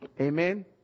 Amen